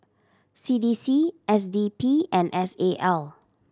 C D C S D P and S A L